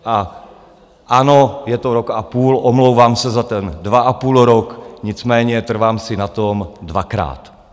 A ano, je to rok a půl, omlouvám se za ten dvaapůlrok, nicméně trvám si na tom dvakrát.